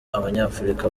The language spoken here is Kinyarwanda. abanyafurika